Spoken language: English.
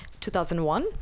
2001